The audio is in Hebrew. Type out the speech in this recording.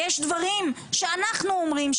ויש דברים שאנחנו אומרים,